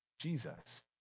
Jesus